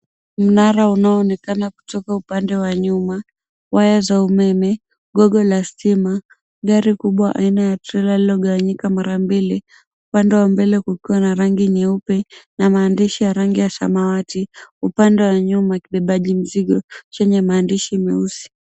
Mnara unaoonekana kutoka upande wa nyuma, waya za umeme, gogo la stima, gari kubwa aina ya trela lililogawanyika mara mbili upande wa mbele kukiwa na bagi nyeupe na maandishi ya rangi ya samawati, upande wa nyuma kibebaji mzigo chenye maandishi meusi.